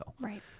right